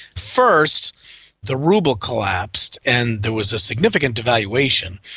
first the ruble collapsed and there was a significant devaluation.